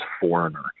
foreigner